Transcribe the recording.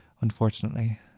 unfortunately